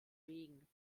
wegen